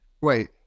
wait